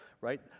right